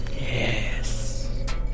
Yes